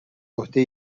عهده